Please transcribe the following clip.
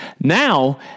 Now